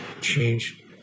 change